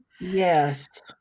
yes